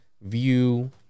view